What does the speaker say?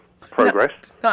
progress